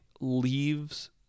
leaves